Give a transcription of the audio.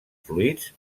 fluids